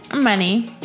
money